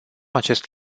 acest